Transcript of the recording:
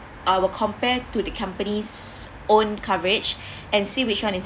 uh will compare to the company's own coverage and see which one is